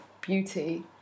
beauty